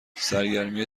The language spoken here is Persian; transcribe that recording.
سرگرمی